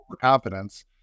confidence